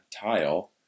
tile